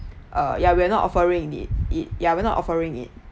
uh ya we're not offering indeed it ya we're not offering it